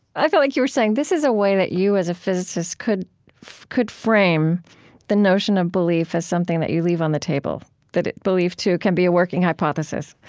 i felt like you were saying this is a way that you, as a physicist, could could frame the notion of belief as something that you leave on the table. that belief, too, can be a working hypothesis